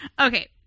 Okay